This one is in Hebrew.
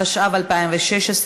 התשע"ו 2016,